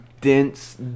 dense